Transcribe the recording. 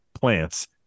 plants